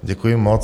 Děkuji moc.